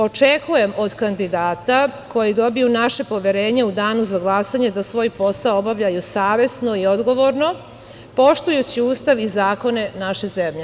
Očekujem od kandidata koji dobiju naše poverenje u danu za glasanje da svoj posao obavljaju savesno i odgovorno, poštujući Ustav i zakone naše zemlje.